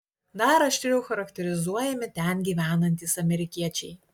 dar aštriau charakterizuojami ten gyvenantys amerikiečiai